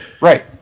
right